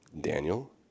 Daniel